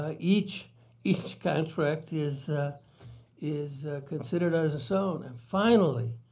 ah each each contract is is considered as its own. and finally